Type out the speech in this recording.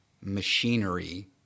machinery